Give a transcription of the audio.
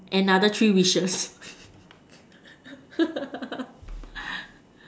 another three wishes